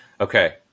Okay